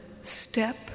step